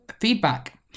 feedback